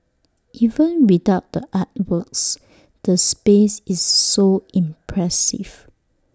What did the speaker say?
even without the artworks the space is so impressive